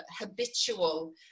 habitual